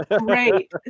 Right